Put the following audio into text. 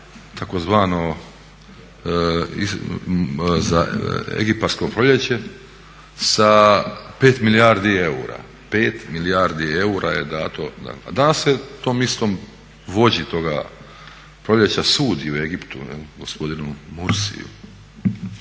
za tzv. za egipatsko proljeće sa 5 milijardi eura, 5 milijardi eura je dato. A danas se tom istom vođi toga proljeća sudi u Egiptu jel', gospodinu Mursi,